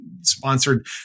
sponsored